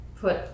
put